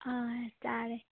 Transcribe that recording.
ꯆꯥꯔꯦ